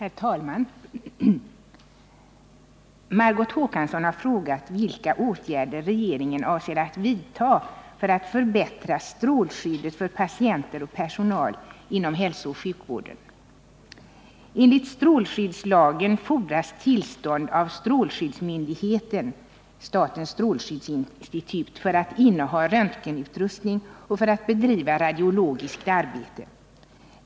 Herr talman! Margot Håkansson har frågat vilka åtgärder regeringen avser att vidta för att förbättra strålskyddet för patienter och personal inom hälsooch sjukvården. Enligt strålskyddslagen fordras tillstånd av strålskyddsmyndigheten, statens strålskyddsinstitut, för att inneha röntgenutrustning och för att bedriva radiologiskt arbete.